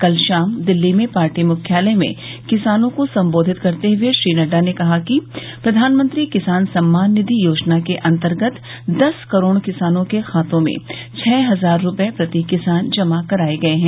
कल शाम दिल्ली में पार्टी मुख्यालय में किसानों को संबोधित करते हुए श्री नड्डा ने कहा कि प्रधानमंत्री किसान सम्मान निधि योजना के अंतर्गत दस करोड किसानों के खातों में छह हजार रुपये प्रति किसान जमा कराए गए हैं